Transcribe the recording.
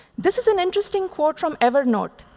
this is an interesting quote from evernote.